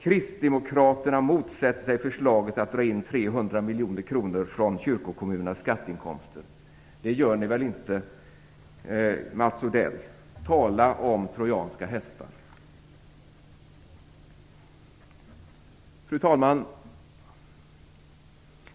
"Kristdemokraterna motsätter sig förslaget att dra inte 300 miljoner kronor från kyrkokommunernas skatteinkomster." Det gör ni väl inte, Mats Odell. Tala om trojanska hästar! Fru talman!